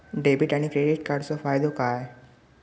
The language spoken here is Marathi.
डेबिट आणि क्रेडिट कार्डचो फायदो काय?